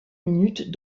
minutes